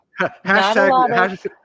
hashtag